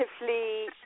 relatively